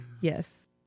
yes